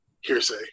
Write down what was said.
Hearsay